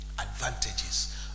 Advantages